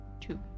two